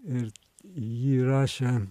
ir jį rašė